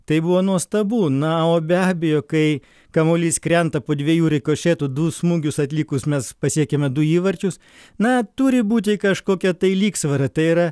tai buvo nuostabu na o be abejo kai kamuolys krenta po dviejų rikošetų du smūgius atlikus pasiekėme du įvarčius na turi būti kažkokia tai lygsvara tai yra